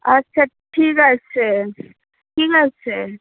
আচ্ছা ঠিক আছে ঠিক আছে